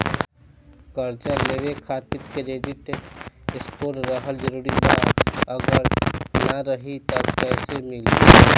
कर्जा लेवे खातिर क्रेडिट स्कोर रहल जरूरी बा अगर ना रही त कैसे मिली?